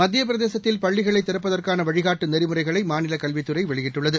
மத்திய பிரதேசத்தில் பள்ளிகளை திறப்பதற்கான வழிகாட்டி நெறிமுறைகளை மாநில கல்வித்துறை வெளியிட்டுள்ளது